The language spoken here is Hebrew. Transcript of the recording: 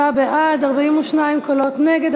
27 בעד, 42 קולות נגד.